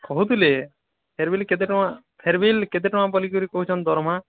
କହୁଥିଲେ ଫେରୱେଲ୍ କେତେ ଟଙ୍କା ଫେରୱେଲ୍ କେତେ ଟଙ୍କା ବୋଲିକିରି କହୁଛନ୍ତି ଦରମା